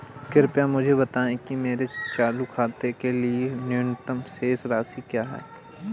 कृपया मुझे बताएं कि मेरे चालू खाते के लिए न्यूनतम शेष राशि क्या है?